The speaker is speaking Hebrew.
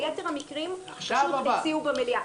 ביתר המקרים פשוט הציעו במליאה.